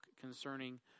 concerning